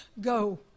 go